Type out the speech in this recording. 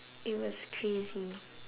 it was crazy